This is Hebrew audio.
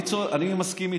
אני מסכים איתו.